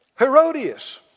Herodias